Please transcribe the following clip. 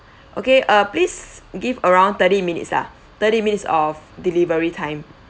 okay uh please give around thirty minutes lah thirty minutes of delivery time